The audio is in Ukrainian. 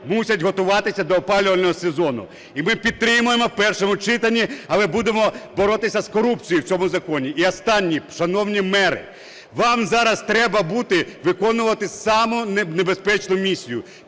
мусять готуватися до опалювального сезону. І ми підтримаємо в першому читанні, але будемо боротися з корупцією в цьому законі. І останнє. Шановні мери, вам зараз треба буде виконувати саму небезпечну місію –